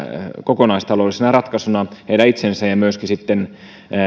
kokonaistaloudellisena ratkaisuna heidän itsensä ja myöskin